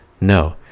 No